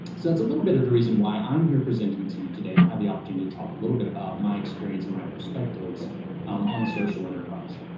so that's a little bit of the reason why i'm here, presenting to you today and have the opportunity to talk a little bit about my experience and my perspectives on social enterprise,